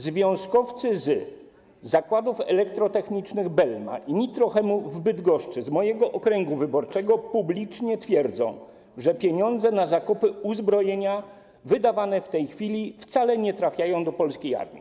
Związkowcy z zakładów elektromechanicznych Belma i Nitro-Chemu z Bydgoszczy, z mojego okręgu wyborczego, publicznie twierdzą, że pieniądze na zakupy uzbrojenia wydawane w tej chwili wcale nie trafiają do polskiej armii.